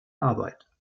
arbeit